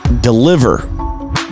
deliver